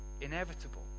inevitable